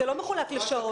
זה לא מחולק לשעות.